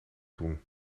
doen